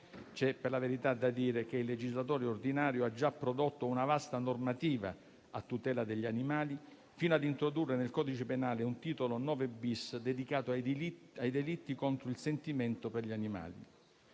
Per la verità, c'è da dire che il legislatore ordinario ha già prodotto una vasta normativa a tutela degli animali, fino ad introdurre nel codice penale un titolo IX-*bis* dedicato ai delitti contro il sentimento per gli animali